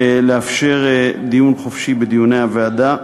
ולאפשר דיון חופשי בדיוני הוועדה.